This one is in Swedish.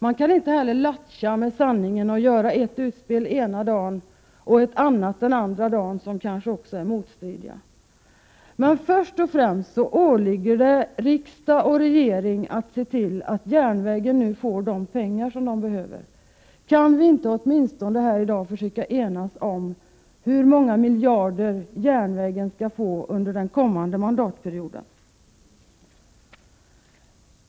Man kaninte lattja med sanningen och göra ett utspel ena dagen och ett annat andra dagen, utspel som kanske är motstridiga. Först och främst åligger det riksdag och regering att se till att järnvägen nu får de pengar som den behöver. Kan vi inte åtminstone här i dag försöka enas om hur många miljarder järnvägen skall få under den kommande mandatperioden?